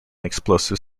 explosive